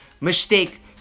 mistake